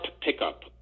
pickup